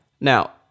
Now